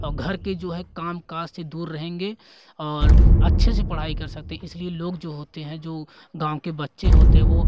औ घर के जो है काम काज से दूर रहेंगे और अच्छे से पढ़ाई कर सकते हैं इसलिए लोग जो होते हैं जो गाँव के बच्चे होते हैं वो